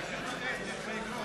דברים.